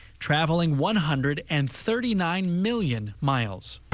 traveling one hundred and thirty nine million miles.